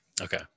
okay